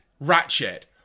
Ratchet